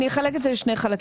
אני אחלק את זה שני לשני חלקים.